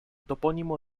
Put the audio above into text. topónimo